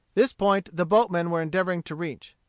this point the boatmen were endeavoring to reach.